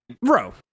bro